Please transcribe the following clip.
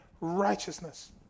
righteousness